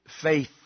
faith